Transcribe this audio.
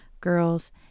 girls